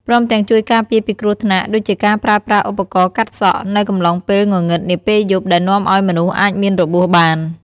ព្រមទាំងជួយការពារពីគ្រោះថ្នាក់ ដូចជាការប្រើប្រាស់ឧបករណ៍កាត់សក់ នៅកំឡុងពេលងងឹតនាពេលយប់ដែលនាំឲ្យមនុស្សអាចមានរបួសបាន។